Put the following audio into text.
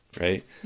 Right